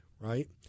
Right